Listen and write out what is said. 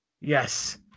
Yes